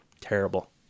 terrible